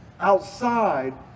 outside